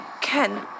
Ken